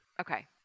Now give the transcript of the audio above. Okay